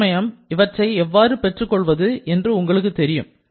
தற்சமயம் இவற்றை எவ்வாறு பெற்றுக் கொள்வது என்று உங்களுக்கு தெரியும்